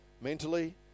mentally